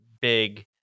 big